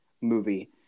movie